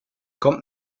kommt